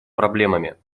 проблемами